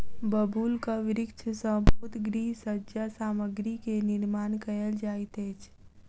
बबूलक वृक्ष सॅ बहुत गृह सज्जा सामग्री के निर्माण कयल जाइत अछि